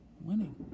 winning